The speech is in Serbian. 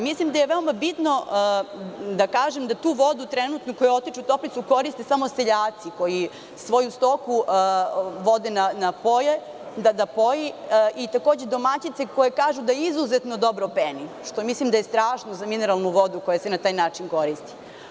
Mislim da je veoma bitno da kažem da tu vodu trenutno, koja otiče u Toplicu, koristesamo seljaci koji svoju stoku vode da poje i takođe domaćice koje kažu izuzetno dobro peni, što mislim da je strašno za mineralnu vodu koja se na taj način koristi.